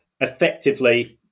Effectively